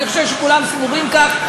אני חושב שכולם סבורים כך.